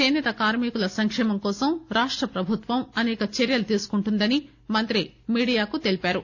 చేసేత కార్మికుల సంక్షేమం కోసం రాష్ట ప్రభుత్వం అనేక చర్యలు తీసుకుంటుంన్న దని మంత్రి మీడియాకు తెలిపారు